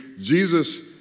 Jesus